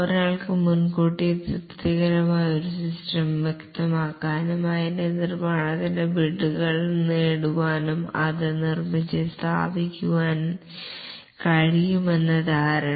ഒരാൾക്ക് മുൻകൂട്ടി തൃപ്തികരമായ ഒരു സിസ്റ്റം വ്യക്തമാക്കാനും അതിന്റെ നിർമ്മാണത്തിനായി ബിഡ്ഡുകൾ നേടാനും അത് നിർമ്മിച്ച് സ്ഥാപിക്കാനും കഴിയുമെന്ന ധാരണ